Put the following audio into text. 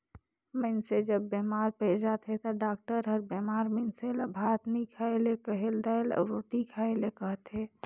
मइनसे जब बेमार पइर जाथे ता डॉक्टर हर बेमार मइनसे ल भात नी खाए ले कहेल, दाएल अउ रोटी खाए ले कहथे